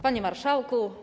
Panie Marszałku!